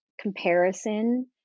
comparison